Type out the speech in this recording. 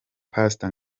pastor